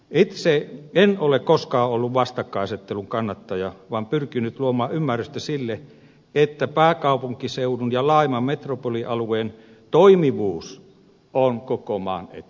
itse en ole koskaan ollut vastakkainasettelun kannattaja vaan olen pyrkinyt luomaan ymmärrystä sille että pääkaupunkiseudun ja laajemman metropolialueen toimivuus on koko maan etu